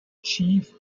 chief